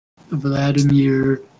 Vladimir